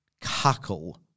cackle